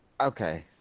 Okay